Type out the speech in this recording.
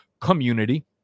community